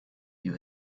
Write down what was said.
you